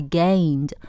gained